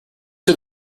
see